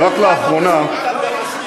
אדוני היושב-ראש,